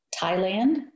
Thailand